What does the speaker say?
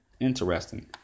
interesting